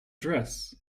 dress